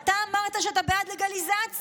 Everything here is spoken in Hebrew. אתה אמרת שאתה בעד לגליזציה.